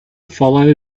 follow